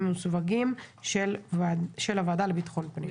ומסווגים של הוועדה לביטחון פנים.